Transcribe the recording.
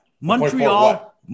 Montreal –